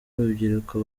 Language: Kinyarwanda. urubyiruko